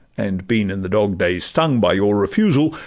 and been in the dog-days stung by your refusal,